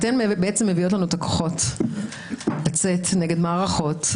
אתן בעצם מביאות לנו את הכוחות לצאת נגד מערכות,